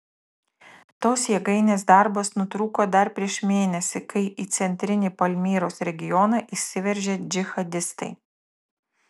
tos jėgainės darbas nutrūko dar prieš mėnesį kai į centrinį palmyros regioną įsiveržė džihadistai